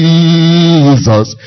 Jesus